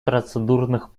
процедурных